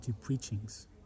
preachings